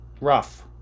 rough